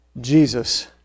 Jesus